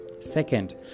Second